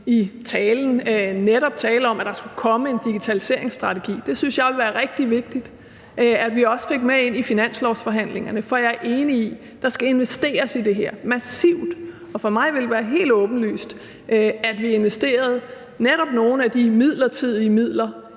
sin tale netop tale om, at der skulle komme en digitaliseringsstrategi. Det synes jeg er rigtig vigtigt at vi også får med ind i finanslovsforhandlingerne. For jeg er enig i, at der skal investeres massivt i det her, og for mig vil det være helt åbenlyst, at vi investerer netop nogle af de midlertidige midler